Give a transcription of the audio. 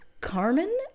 Carmen